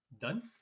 done